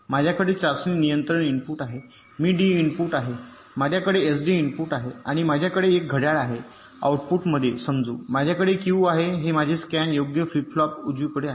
माझ्याकडे चाचणी नियंत्रण इनपुट आहे मी डी इनपुट आहे माझ्याकडे एसडी इनपुट आहे आणि माझ्याकडे एक घड्याळ आहे आउटपुटमध्ये समजू माझ्याकडे क्यू आहे हे माझे स्कॅन योग्य फ्लिप फ्लॉप उजवीकडे आहे